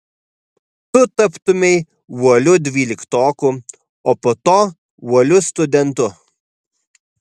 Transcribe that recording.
tu taptumei uoliu dvyliktoku o po to uoliu studentu